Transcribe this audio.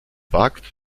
wagt